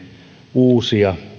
uusia